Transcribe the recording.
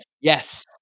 Yes